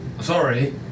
Sorry